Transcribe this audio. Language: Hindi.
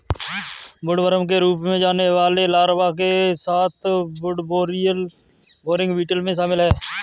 वुडवर्म के रूप में जाने वाले लार्वा के साथ वुडबोरिंग बीटल में शामिल हैं